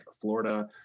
florida